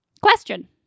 Question